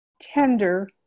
tender